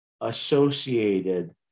associated